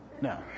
No